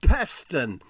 Peston